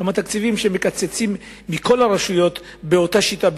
גם התקציבים שמקצצים מכל הרשויות באותה שיטה,